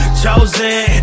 chosen